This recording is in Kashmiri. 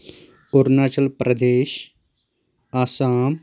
اوٚرناچل پریدیش آسام